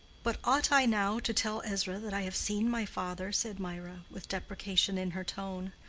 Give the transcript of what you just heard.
but ought i now to tell ezra that i have seen my father? said mirah, with deprecation in her tone.